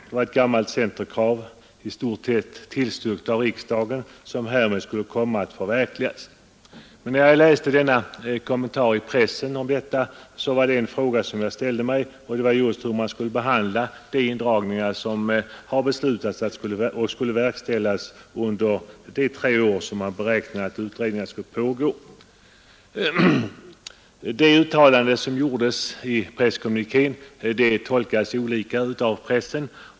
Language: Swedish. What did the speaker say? Det var ett gammalt centerkrav, i stort tillstyrkt av riksdagen, som härmed 83 skulle komma att förverkligas. Men när jag läste kommentaren i pressen till detta var det en fråga som jag ställde mig och det var just hur man skulle behandla de indragningar som var beslutade och skulle verkställas under de tre år som man beräknar att utredningar skulle pågå. Det uttalande som gjordes i presskommunikén tolkades olika av pressen.